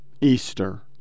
Easter